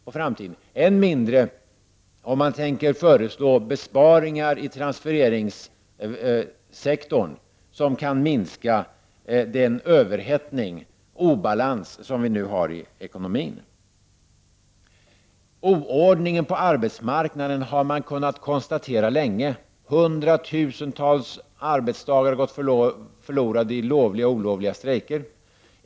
Än mindre har vi fått veta om man tänker föreslå besparingar i transfereringssektorn för att minska den överhettning och obalans som vi har i ekonomin. Oordningen på arbetsmarknaden har man kunnat konstatera länge. Hundratusentals arbetsdagar har gått förlorade i lovliga och olovliga strejker.